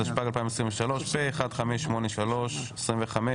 התשפ"ג-2023 (פ/1583/25),